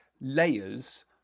layers